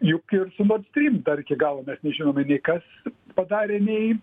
juk ir su nord stream dar iki galo mes nežinome nei kas padarė nei